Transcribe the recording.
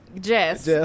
Jess